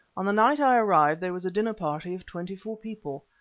on the night i arrived there was a dinner-party of twenty-four people.